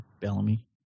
Bellamy